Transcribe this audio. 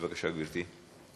בבקשה, גברתי.